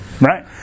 right